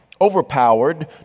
overpowered